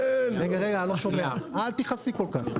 אל תכעסי כל כך.